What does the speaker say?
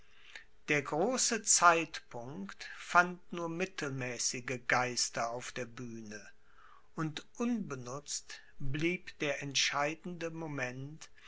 der große zeitpunkt fand nur mittelmäßige geister auf der bühne und unbenutzt blieb der entscheidende moment